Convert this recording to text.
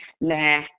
nah